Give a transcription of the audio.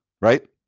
right